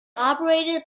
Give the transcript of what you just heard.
operated